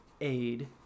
aid